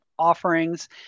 Offerings